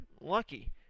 lucky